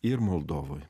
ir moldovoj